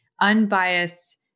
unbiased